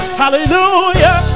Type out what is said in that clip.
hallelujah